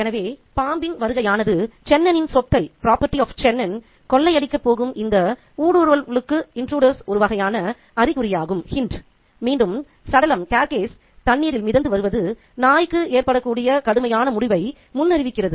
எனவே பாம்பின் வருகையானது சென்னனின் சொத்தை கொள்ளையடிக்கப் போகும் இந்த ஊடுருவல்களுக்கு ஒரு வகையான அறிகுறியாகும் மீண்டும் சடலம் தண்ணீரில் மிதந்து வருவது நாய்க்கு ஏற்படக்கூடிய கடுமையான முடிவை முன்னறிவிக்கிறது